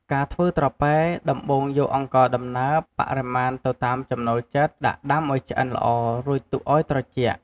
ការធ្វើត្រប៉ែ ដំបូងយកអង្ករដំណើប បរិមាណទៅតាមចំណូលចិត្ត ដាក់ដាំឱ្យឆ្អិនល្អ រួចទុកឱ្យត្រជាក់។